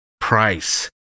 price